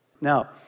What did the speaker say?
Now